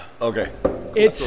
okay